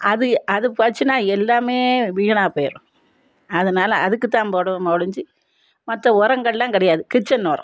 அது அது போச்சுன்னா எல்லாமே வீணாக போயிடும் அதனால அதுக்கு தான் போடுவோமோ ஒழிஞ்சி மற்ற உரங்கள்லாம் கிடையாது கிச்சன் ஒரம்